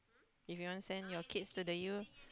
if you want send your kids to the U